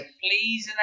please